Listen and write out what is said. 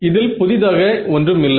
இதில் புதிதாக ஒன்றும் இல்லை